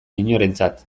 inorentzat